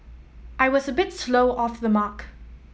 I was a bit slow off the mark